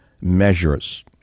measures